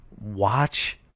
watch –